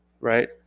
right